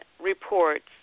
reports